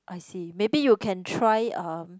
I see maybe you can try um